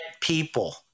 people